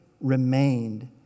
remained